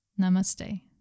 Namaste